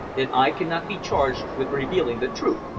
then i cannot be charged with revealing the truth,